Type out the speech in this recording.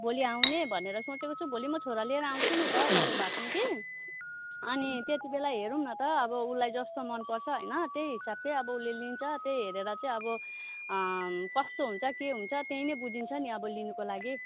भोलि आउने भनेर सोचेको छु भोलि म छोरा लिएर आउँछु नि त तपाईँ भएको ठाऊँमा कि अनि त्यत्ति बेला हेरौँ न त अब उसलाई जस्तो मनपर्छ होइन त्यही हिसाबले अब उसले लिन्छ त्यही हेरेर चाहिँ अब कस्तो हुन्छ के हुन्छ त्यही नै बुझिन्छ नि अब लिनुको लागि